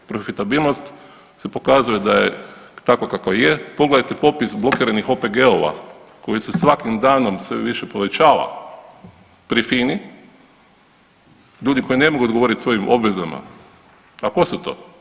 Profitabilnost se pokazuje da je takva kakva je, pogledajte popis blokiranih OPG-ova koji se svakim danom sve više povećava pri FINA-i, ljudi koji ne mogu odgovoriti svojim obvezama, a tko su to?